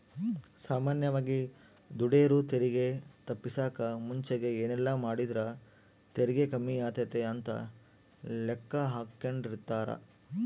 ಸಾಮಾನ್ಯವಾಗಿ ದುಡೆರು ತೆರಿಗೆ ತಪ್ಪಿಸಕ ಮುಂಚೆಗೆ ಏನೆಲ್ಲಾಮಾಡಿದ್ರ ತೆರಿಗೆ ಕಮ್ಮಿಯಾತತೆ ಅಂತ ಲೆಕ್ಕಾಹಾಕೆಂಡಿರ್ತಾರ